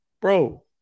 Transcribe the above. bro